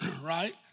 right